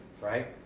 right